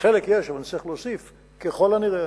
חלק יש, אבל נצטרך להוסיף ככל הנראה.